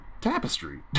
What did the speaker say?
tapestry